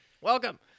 Welcome